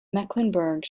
mecklenburg